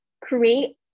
create